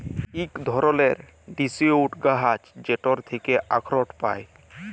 ইক ধারালের ডিসিডিউস গাহাচ যেটর থ্যাকে আখরট পায়